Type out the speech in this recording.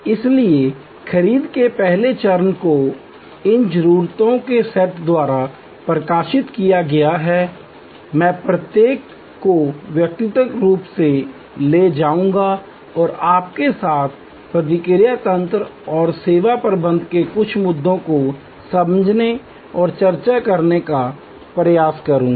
इसलिए खरीद के पहले चरण को इन जरूरतों के सेट द्वारा प्रकाशित किया गया है मैं प्रत्येक को व्यक्तिगत रूप से ले जाऊंगा और आपके साथ प्रतिक्रिया तंत्र और सेवा प्रबंधन के कुछ मुद्दों को समझने और चर्चा करने का प्रयास करूंगा